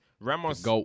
Ramos